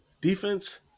Defense